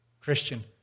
Christian